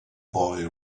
boy